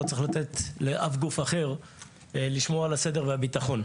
לא צריך לתת לאף גוף אחר לשמור על הסדר והביטחון.